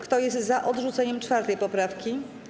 Kto jest za odrzuceniem 4. poprawki?